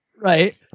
Right